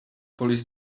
police